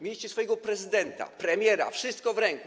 Mieliście swojego prezydenta, premiera, wszystko w ręku.